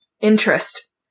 interest